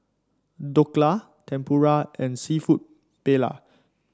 Dhokla Tempura and seafood Paella